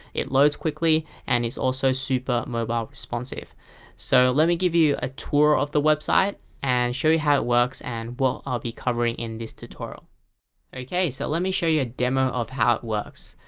it loads quickly, and is super mobile responsive so let me give you a tour of the website and show you how it works and what i'll be covering in this tutorial okay, so let me show you a demo of how it works.